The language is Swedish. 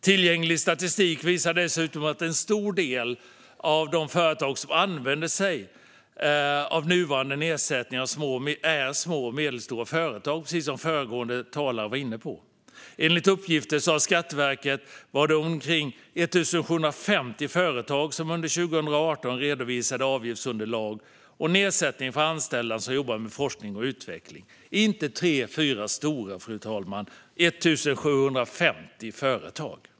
Tillgänglig statistik visar dessutom att en stor andel av de företag som använder sig av den nuvarande nedsättningen är små och medelstora företag, precis som föregående talare var inne på. Enligt uppgifter från Skatteverket var det omkring 1 750 företag som under 2018 redovisade avgiftsunderlag och nedsättning för anställda som jobbar med forskning och utveckling. Det är alltså inte tre fyra storföretag det handlar om, utan det var 1 750 företag.